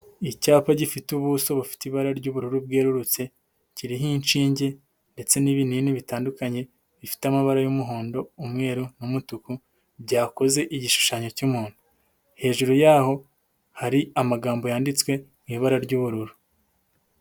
Icyapa gifite ubuso bufite ibara ry'ubururu bwererutse, kiriho inshinge ndetse n'ibinini bitandukanye, bifite amabara y'umuhondo, umweru n'umutuku byakoze igishushanyo cy'umuntu, hejuru yaho hari amagambo yanditswe mu ibara ry'ubururu.